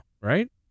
right